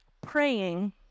praying